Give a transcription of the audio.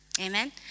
Amen